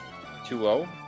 2-0